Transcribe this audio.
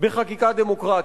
בחקיקה דמוקרטית.